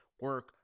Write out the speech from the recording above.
Work